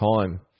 time